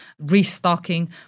restocking